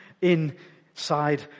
inside